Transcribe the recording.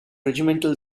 regimental